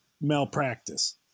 malpractice